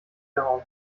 gehauen